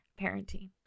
parenting